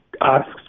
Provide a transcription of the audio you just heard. asks